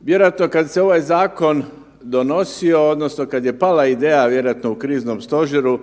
Vjerojatno kad se ovaj zakon donosio odnosno kad je pala ideja, vjerojatno u kriznom stožeru,